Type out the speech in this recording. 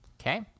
Okay